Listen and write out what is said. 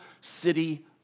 city